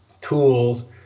tools